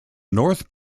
north